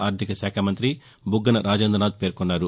ఆర్థిక శాఖ మంగ్రి బుగ్గన రాజేంద్రనాథ్ పేర్కొన్నారు